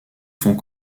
font